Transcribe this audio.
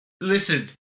Listen